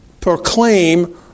proclaim